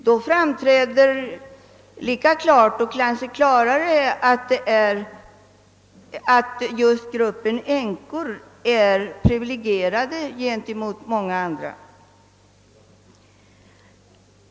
Gör man en sådan jämförelse, framträder det klart att gruppen änkor är privilegierad i förhållande till många andra.